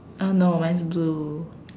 oh no mine's blue